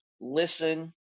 listen